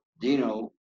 Dino